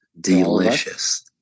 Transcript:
Delicious